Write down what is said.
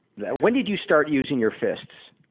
when did you start using your fists?